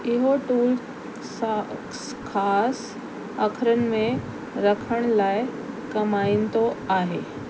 इहो टूल सा स ख़ासि अख़रनि में रखण लाइ कमाईंदो आहे